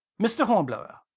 mr. hornblower,